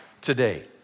today